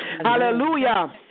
Hallelujah